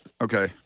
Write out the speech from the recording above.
Okay